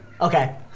Okay